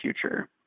future